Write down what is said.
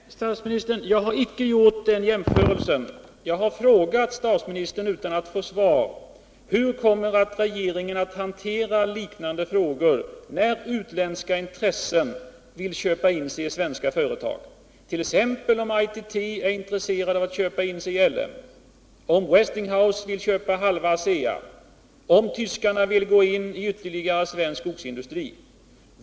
Herr talman! Nej, herr Fälldin, jag har inte gjort den jämförelsen. Jag har utan att få svar frågat statsministern: Hur kommer regeringen att hantera liknande frågor, när utländska intressen vill köpa in sig i svenska företag, om t.ex. ITT är intresserat av att köpa in sig i LM Ericsson eller om Westinghouse vill köpa halva ASEA, eller om tyskarna vill gå in i ytterligare svensk skogsindustri?